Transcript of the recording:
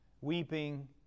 weeping